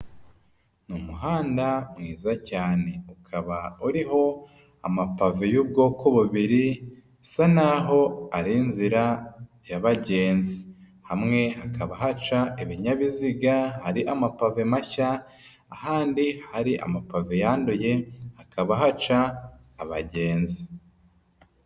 Ni umuhanda mwiza cyane, ukaba uriho amapave y'ubwoko bubiri, usa n'aho ari inzira yabagenze, hamwe hakaba haca ibinyabiziga hari amapave mashya, ahandi hari amapave yanduye hakaba haca abagenzi.